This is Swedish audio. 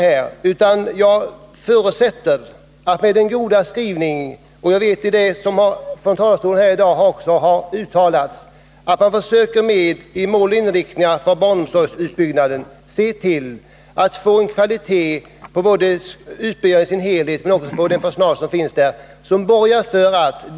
På grund av den goda skrivning som har gjorts och det som har sagts från talarstolen förutsätter jag att man vid utbyggnaden av barnomsorgen försöker se till att kvaliteten på utbildningen blir bra.